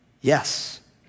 Yes